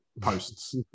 posts